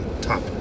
top